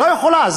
לא יכולה.